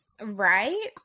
Right